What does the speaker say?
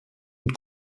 und